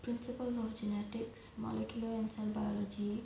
principles of genetics molecular and cell biology